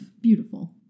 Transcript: Beautiful